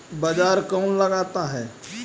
बाजार कौन लगाता है?